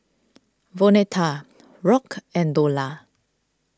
Vonetta Rock and Dorla